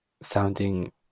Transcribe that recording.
sounding